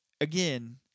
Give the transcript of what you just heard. again